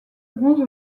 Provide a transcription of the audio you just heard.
bronze